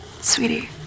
sweetie